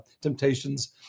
temptations